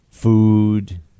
Food